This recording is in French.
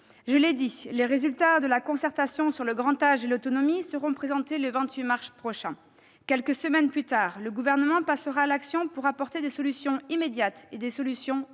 Je l'ai dit, les résultats de la concertation sur le grand âge et l'autonomie seront présentés le 28 mars prochain. Quelques semaines plus tard, le Gouvernement passera à l'action pour apporter des solutions immédiates et à long terme.